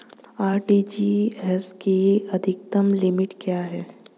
RTGS की अधिकतम limit क्या है?